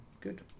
good